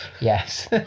Yes